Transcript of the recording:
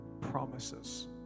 promises